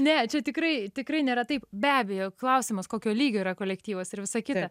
ne čia tikrai tikrai nėra taip be abejo klausimas kokio lygio yra kolektyvas ir visa kita